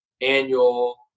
annual